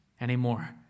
anymore